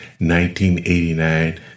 1989